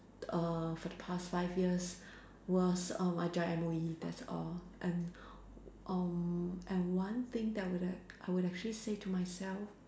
err for the past five years was uh I joined M_O_E that's all and um and one thing that I would have I would actually say to myself